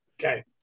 Okay